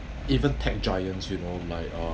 even tech giants you know might uh